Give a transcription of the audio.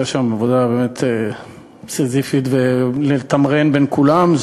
היא עשתה שם עבודה סיזיפית לתמרן בין כולם.